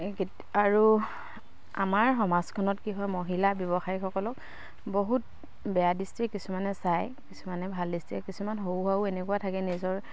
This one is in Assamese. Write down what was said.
এই আৰু আমাৰ সমাজখনত কি হয় মহিলা ব্যৱসায়ীসকলক বহুত বেয়া দৃষ্টি কিছুমানে চায় কিছুমানে ভাল দৃষ্টিৰে কিছুমান সৰু সুৰাও এনেকুৱা থাকে নিজৰ